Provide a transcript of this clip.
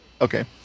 okay